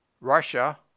Russia